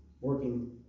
working